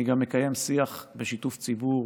אני גם מקיים שיח בשיתוף ציבור,